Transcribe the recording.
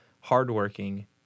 hardworking